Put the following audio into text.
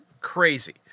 crazy